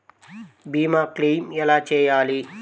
భీమ క్లెయిం ఎలా చేయాలి?